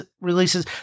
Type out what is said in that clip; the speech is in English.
releases